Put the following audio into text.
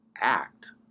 act